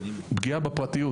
פגיעה בפרטיות.